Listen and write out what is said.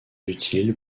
utiles